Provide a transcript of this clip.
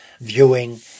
viewing